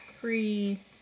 free